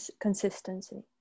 consistency